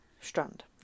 strand